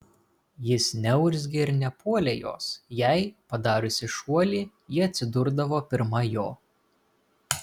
jis neurzgė ir nepuolė jos jei padariusi šuolį ji atsidurdavo pirma jo